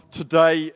today